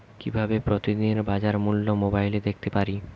কিভাবে প্রতিদিনের বাজার মূল্য মোবাইলে দেখতে পারি?